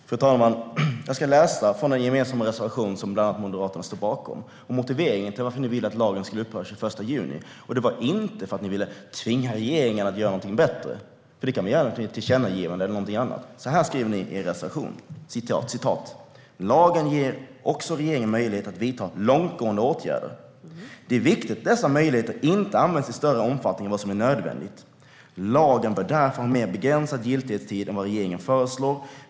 Fru talman! Jag ska läsa ur den gemensamma reservation som bland andra Moderaterna står bakom. Motiveringen till att ni ville att lagen skulle upphöra den 21 juni var inte att ni ville tvinga regeringen att göra något bättre, Beatrice Ask. Det kan man göra genom ett tillkännagivande eller något annat. Så här skrev ni i er reservation: "Lagen ger också regeringen möjlighet att vidta långtgående åtgärder. Det är viktigt att dessa möjligheter inte används i större omfattning än vad som är nödvändigt. Lagen bör därför ha en mer begränsad giltighetstid än vad regeringen föreslår.